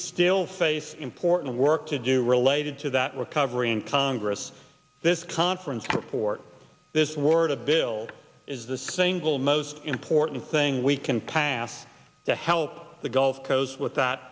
still face important work to do related to that recovery and congress this conference report this war to build is the single most important thing we can pass to help the gulf coast